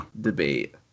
debate